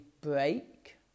break